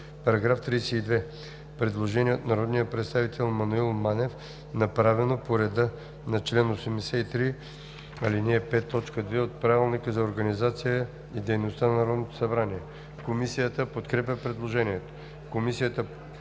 предложението. Предложение от народния представител Маноил Манев, направено по реда на чл. 83, ал. 5, т. 2 от Правилника за организацията и дейността на Народното събрание. Комисията подкрепя предложението. Комисията